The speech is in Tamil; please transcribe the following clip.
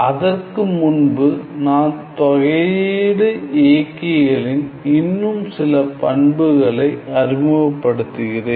அதற்கு முன்பு நான் தொகை இயக்கிகளின் இன்னும் சில பண்புகளை அறிமுகப்படுத்துகிறேன்